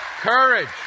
courage